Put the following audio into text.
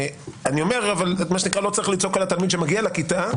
אבל אני אומר: לא צריך לצעוק על התלמיד שמגיע לכיתה.